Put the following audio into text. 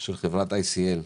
של חברת ICL,